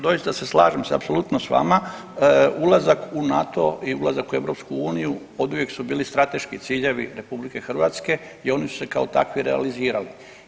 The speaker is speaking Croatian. Doista se slažem apsolutno s vama, ulazak u NATO i ulazak u EU oduvijek su bili strateški ciljevi RH i oni su se kao takvi i realizirali.